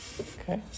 Okay